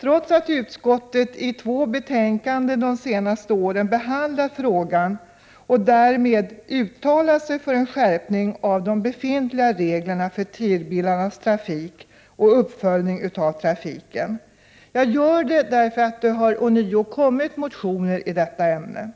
trots att utskottet i två betänkanden under de senaste åren behandlat frågan och därmed uttalat sig för en skärpning av de befintliga reglerna för TIR-bilarnas trafik och uppföljning av denna. Anledningen till att jag tar upp denna fråga är att det ånyo avgetts motioner i detta ämne.